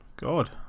God